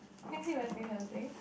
is it wetting something